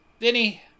Vinny